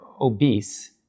obese